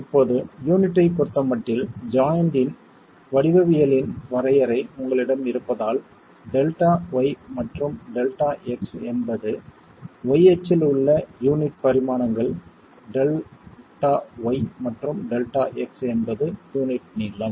இப்போது யூனிட்டைப் பொறுத்தமட்டில் ஜாய்ண்ட்டின் வடிவவியலின் வரையறை உங்களிடம் இருப்பதால் Δy மற்றும் Δx என்பது y அச்சில் உள்ள யூனிட் பரிமாணங்கள் Δy மற்றும் Δxஎன்பது யூனிட் நீளம்